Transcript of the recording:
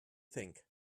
think